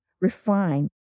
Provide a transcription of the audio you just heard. refine